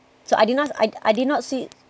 so I did not I did not see